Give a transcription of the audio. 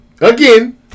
again